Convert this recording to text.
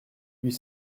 huit